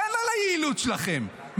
אין על היעילות שלכם,